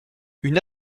une